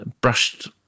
brushed